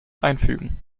einfügen